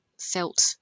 felt